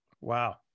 wow